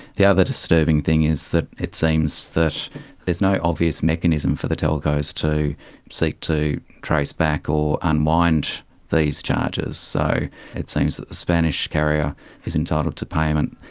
the other disturbing thing is that it seems that there is no obvious mechanism for the telcos to seek to trace back or unwind these charges. so it seems that the spanish carrier is entitled to payment,